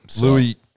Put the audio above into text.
Louis